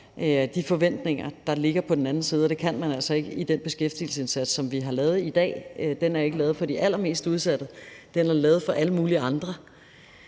de forventninger, der ligger på den anden side. Og det kan man altså ikke i den beskæftigelsesindsats, som vi har lavet i dag. Den er ikke lavet for de allermest udsatte; den er lavet for alle mulige andre.